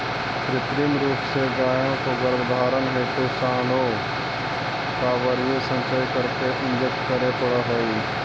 कृत्रिम रूप से गायों के गर्भधारण हेतु साँडों का वीर्य संचय करके इंजेक्ट करे पड़ हई